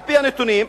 על-פי הנתונים,